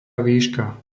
výška